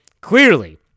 Clearly